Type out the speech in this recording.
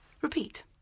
Repeat